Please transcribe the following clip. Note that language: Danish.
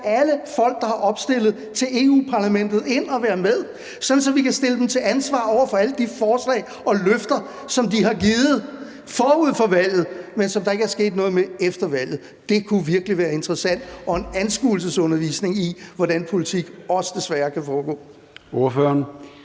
alle folk, der har været opstillet til Europa-Parlamentet, ind at være med, sådan at vi kan stille dem til ansvar for alle de forslag, de har stillet, og løfter, som de har givet forud for valget, men som der ikke er sket noget med efter valget. Det kunne virkelig være interessant og være en anskuelsesundervisning i, hvordan politik desværre også kan foregå.